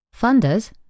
Funders